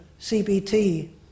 CBT